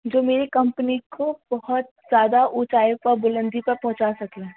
جو میرے کمپنی کو بہت زیادہ اونچائی پر بلندی پر پہنچا سکے